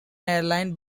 airline